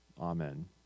Amen